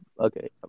Okay